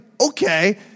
okay